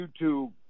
YouTube